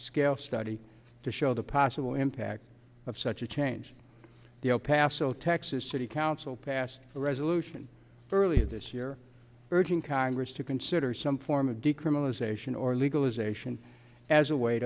scale study to show the possible impact of such a change the el paso texas city council passed a resolution earlier here urging congress to consider some form of decriminalization or legalization as a way